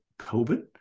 COVID